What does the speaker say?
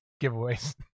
giveaways